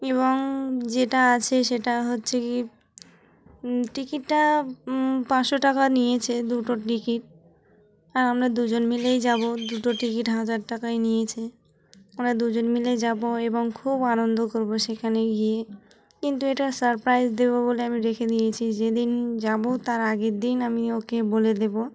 এবং যেটা আছে সেটা হচ্ছে কি টিকিটটা পাঁচশো টাকা নিয়েছে দুটো টিকিট আর আমরা দুজন মিলেই যাবো দুটো টিকিট হাজার টাকায় নিয়েছে আমরা দুজন মিলেই যাবো এবং খুব আনন্দ করবো সেখানে গিয়ে কিন্তু এটা সারপ্রাইজ দেবো বলে আমি রেখে দিয়েছি যেদিন যাবো তার আগের দিন আমি ওকে বলে দেবো